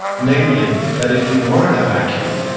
namely that if you were in a vacuum,